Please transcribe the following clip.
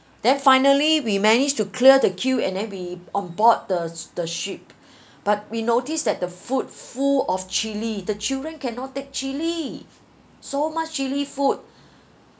then finally we managed to clear the queue and then we on board the the ship but we noticed that the food full of chilli the children cannot take chilli so much chilli food